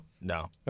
No